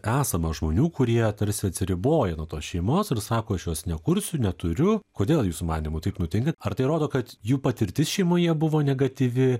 esama žmonių kurie tarsi atsiriboja nuo tos šeimos ir sako aš jos nekursiu neturiu kodėl jūsų manymu taip nutinka ar tai rodo kad jų patirtis šeimoje buvo negatyvi